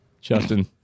Justin